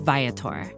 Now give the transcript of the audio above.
Viator